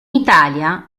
italia